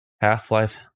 Half-Life